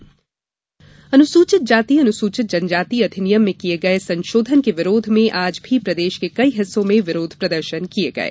विरोध प्रदर्शन अनुसूचित जाति अनुसूचित जनजाति अधिनियम में किये गये संशोधन के विरोध में आज भी प्रदेश के कई हिस्सों में विरोध प्रदर्शन किये गये